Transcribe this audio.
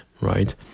right